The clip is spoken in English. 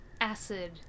acid